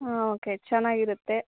ಹಾಂ ಓಕೆ ಚೆನ್ನಾಗಿರುತ್ತೆ